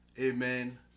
Amen